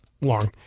long